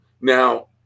Now